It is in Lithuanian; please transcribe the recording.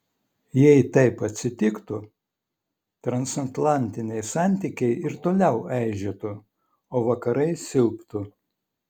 jei taip atsitiktų transatlantiniai santykiai ir toliau eižėtų o vakarai silptų